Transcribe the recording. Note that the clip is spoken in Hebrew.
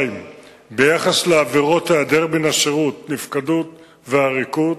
2. ביחס לעבירות היעדר מן השירות, נפקדות ועריקות,